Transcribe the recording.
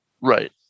Right